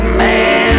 man